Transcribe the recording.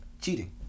cheating